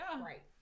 Right